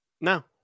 No